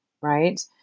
right